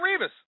Revis